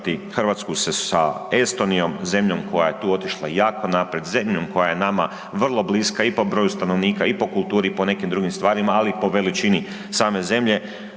Hrvatsku sa Estonijom, zemljom koja je tu otišla jako naprijed, zemljom koja je nama vrlo bliska i po broju stanovnika i po kulturi i po nekim drugim stvarima ali i po veličini same zemlje,